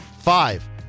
Five